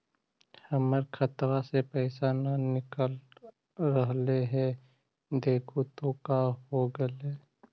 हमर खतवा से पैसा न निकल रहले हे देखु तो का होगेले?